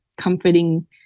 comforting